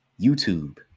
YouTube